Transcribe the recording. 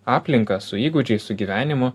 aplinka su įgūdžiais su gyvenimu